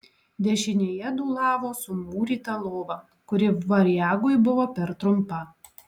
dešinėje dūlavo sumūryta lova kuri variagui buvo per trumpa